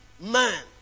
man